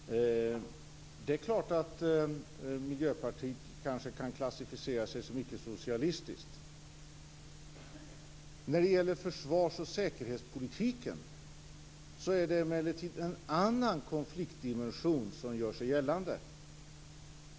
Fru talman! Det är klart att Miljöpartiet kanske kan klassificera sig som icke-socialistiskt. När det gäller försvars och säkerhetspolitiken är det emellertid en annan konfliktdimension som gör sig gällande.